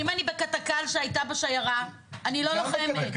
אם אני בכתק"ל שהייתה בשיירה, אני לא לוחמת?